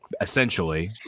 essentially